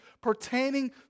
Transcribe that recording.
pertaining